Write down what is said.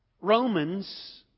Romans